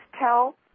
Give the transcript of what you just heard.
tell